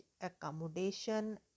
accommodation